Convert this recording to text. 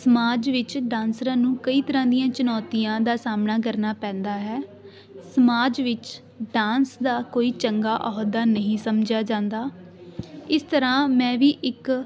ਸਮਾਜ ਵਿੱਚ ਡਾਂਸਰਾਂ ਨੂੰ ਕਈ ਤਰ੍ਹਾਂ ਦੀਆਂ ਚੁਣੌਤੀਆਂ ਦਾ ਸਾਹਮਣਾ ਕਰਨਾ ਪੈਂਦਾ ਹੈ ਸਮਾਜ ਵਿੱਚ ਡਾਂਸ ਦਾ ਕੋਈ ਚੰਗਾ ਅਹੁਦਾ ਨਹੀਂ ਸਮਝਿਆ ਜਾਂਦਾ ਇਸ ਤਰ੍ਹਾਂ ਮੈਂ ਵੀ ਇੱਕ